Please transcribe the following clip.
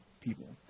people